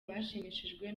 bashimishijwe